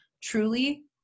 Truly